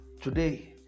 Today